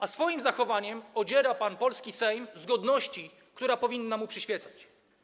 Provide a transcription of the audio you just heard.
A swoim zachowaniem odziera pan polski Sejm z godności, która powinna mu przyświecać.